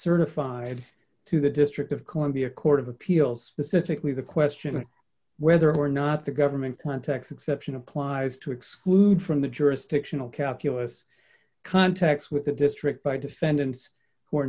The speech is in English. certified to the district of columbia court of appeals specifically the question of whether or not the government plan tax exception applies to exclude from the jurisdictional calculus contacts with the district by defendants